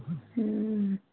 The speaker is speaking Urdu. ہوں